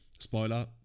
Spoiler